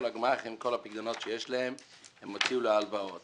כל הפיקדונות שיש לגמ"חים הם הוציאו להלוואות